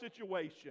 situation